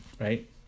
right